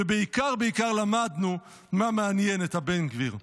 ובעיקר בעיקר למדנו מה מעניין את הבן גביר.